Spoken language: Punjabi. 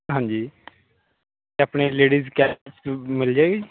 ਹਾਂਜੀ ਅਤੇ ਆਪਣੇ ਲੇਡੀਜ਼ ਕੈਪ ਮਿਲ ਜਾਵੇਗੀ